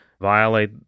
violate